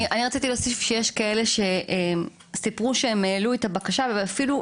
אני רציתי להוסיף שיש כאלה שסיפרו שהם העלו את הבקשה ואפילו,